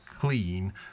clean